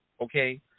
okay